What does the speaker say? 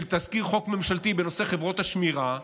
תזכיר חוק ממשלתי בנושא חברות השמירה,